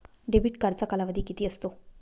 Debit कार्डचा कालावधी किती असतो?